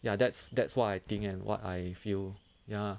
ya that's that's why I think and what I feel ya lah